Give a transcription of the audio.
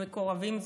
המקורבים זוכים.